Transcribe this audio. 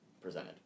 presented